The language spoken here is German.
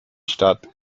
stadt